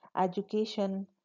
education